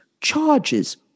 charges